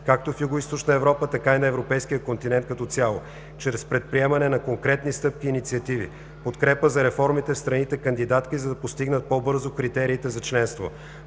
както в Югоизточна Европа, така и на европейския континент като цяло, чрез предприемане на конкретни стъпки и инициативи: подкрепа за реформите в страните кандидатки, за да постигат по-бързо критериите за членство;